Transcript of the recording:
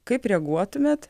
kaip reaguotumėt